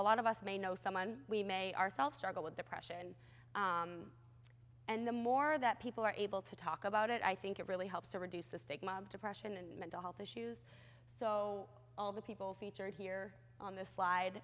a lot of us may know someone we may ourselves struggle with depression and the more that people are able to talk about it i think it really helps to reduce the stigma of depression and mental health issues so all the people featured here on this slide